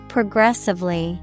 Progressively